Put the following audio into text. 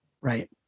right